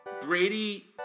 Brady